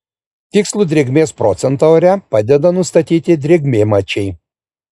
tikslų drėgmės procentą ore padeda nustatyti drėgmėmačiai